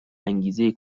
انگیزه